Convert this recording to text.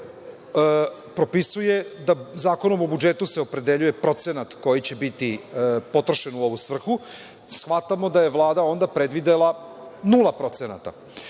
nameštenika propisuje da Zakonom o budžetu se opredeljuje procenat koji će biti potrošen u ovu svrhu. Shvatamo da je Vlada onda predvidela nula procenata. Isto